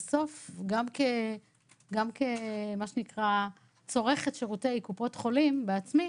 בסוף גם כצורכת שירותי קופת החולים בעצמי,